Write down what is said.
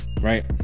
right